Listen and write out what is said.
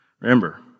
Remember